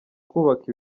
kubaka